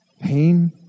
pain